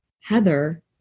Heather